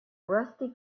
rusty